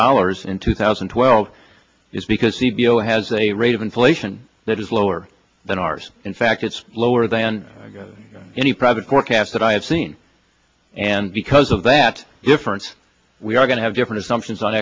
dollars in two thousand and twelve is because c d o has a rate of inflation that is lower than ours in fact it's lower than any private core cast that i have seen and because of that difference we are going to have different assumptions on